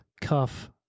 cuff